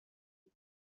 بود